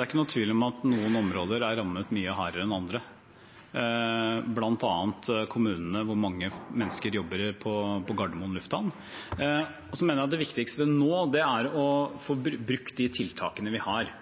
er ikke noen tvil om at noen områder er rammet mye hardere enn andre, bl.a. kommunene hvor mange mennesker jobber på Gardermoen lufthavn. Jeg mener det viktigste nå er å få brukt de tiltakene vi har.